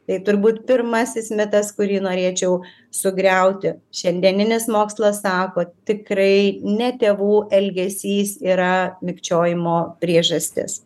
tai turbūt pirmasis mitas kurį norėčiau sugriauti šiandieninis mokslas sako tikrai ne tėvų elgesys yra mikčiojimo priežastis